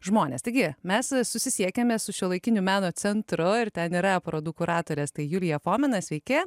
žmonės taigi mes susisiekėme su šiuolaikiniu meno centru ir ten yra parodų kuratorės julija fomina sveiki